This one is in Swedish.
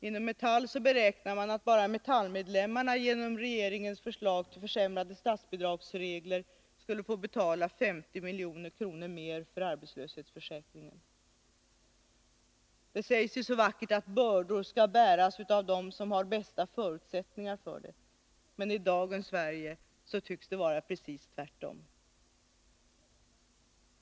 Inom Metall beräknar man att bara Metallmedlemmarna genom regeringens förslag till försämrade statsbidragsregler skulle få betala 50 milj.kr. mer för arbetslöshetsförsäkringen. Det sägs så vackert att bördor skall bäras av dem som har de bästa förutsättningarna för det, men i dagens Sverige tycks det vara precis tvärtom.